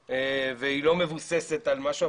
והיא לא מבוססת על משהו,